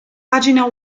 pagina